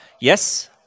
yes